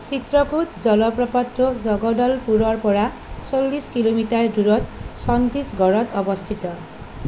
চিত্ৰকুট জলপ্ৰপাতটো জগদলপুৰৰ পৰা চল্লিছ কিলোমিটাৰ দূৰত ছন্তিছগড়ত অৱস্থিত